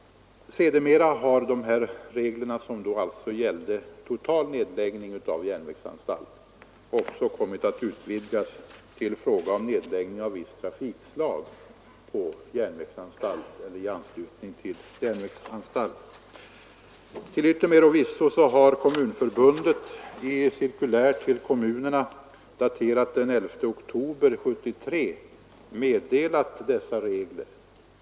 Sedermera har dessa regler, som alltså gällde total nedläggning av järnvägsanstalt, också kommit att utvidgas till fråga om nedläggning av visst trafikslag på järnvägsanstalt eller i anslutning till järnvägsanstalt. Till yttermera visso har Kommunförbundet i cirkulär till kommunerna, daterat den 11 oktober 1973, meddelat dessa regler.